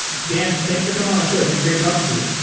dan, thanks for coming on the show. it's been great talking to you.